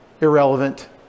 irrelevant